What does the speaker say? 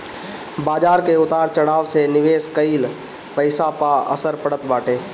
बाजार के उतार चढ़ाव से निवेश कईल पईसा पअ असर पड़त बाटे